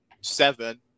seven